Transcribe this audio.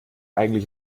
eigentlich